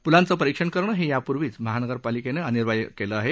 पुलांच परीक्षण करणं हे यापूर्वीच महानगरपालिक्ली अनिवार्य केलं आहे